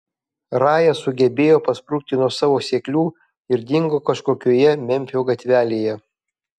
raja sugebėjo pasprukti nuo savo seklių ir dingo kažkokioje memfio gatvelėje